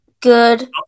Good